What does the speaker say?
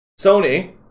Sony